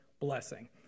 Blessing